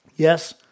Yes